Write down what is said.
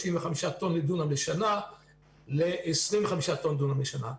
טון לדונם לשנה ל-25 טון לדונם לשנה.